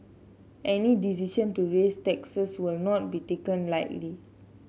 any decision to raise taxes will not be taken lightly